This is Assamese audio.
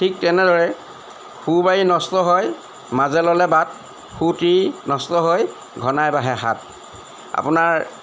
ঠিক তেনেদৰে সু বাৰী নষ্ট হয় মাজে ল'লে বাট সু তিৰী নষ্ট হয় ঘনাই বাঢ়ে হাট আপোনাৰ